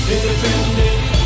Independent